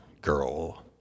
girl